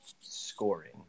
scoring